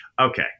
okay